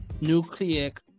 nucleic